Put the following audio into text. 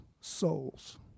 souls